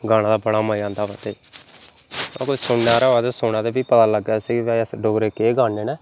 गाने दा बड़ा मज़ा आंदा बन्दे गी अगर सुनने आह्ला होऐ ते सुनै ते फ्ही पता लग्गे स्हेई असें भई डोगरे केह् गान्ने न